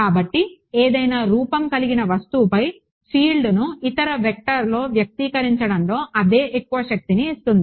కాబట్టి ఏదైనా రూపం కలిగిన వస్తువుపై ఫీల్డ్ను ఇతర వెక్టర్లో వ్యక్తీకరించడంలో అదే ఎక్కువ శక్తిని ఇస్తుంది